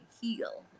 heal